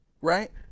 right